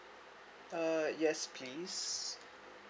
uh yes please